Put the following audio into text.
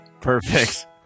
Perfect